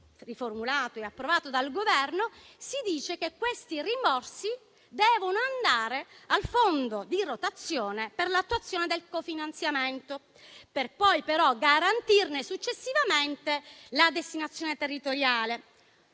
riformulato dal Governo e approvato, si dice che questi rimborsi devono andare al fondo di rotazione per l'attuazione del cofinanziamento, per garantirne però poi, successivamente, la destinazione territoriale.